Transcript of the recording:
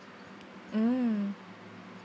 mm